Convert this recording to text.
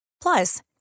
Plus